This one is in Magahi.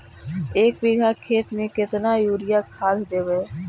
एक बिघा खेत में केतना युरिया खाद देवै?